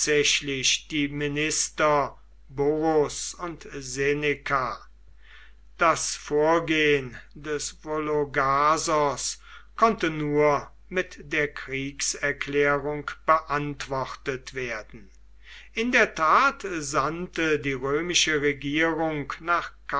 die minister burrus und seneca das vorgehen des vologasos konnte nur mit der kriegserklärung beantwortet werden in der tat sandte die römische regierung nach